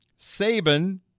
Saban